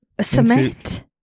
Cement